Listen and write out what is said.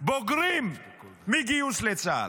בוגרים מגיוס לצה"ל.